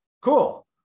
Cool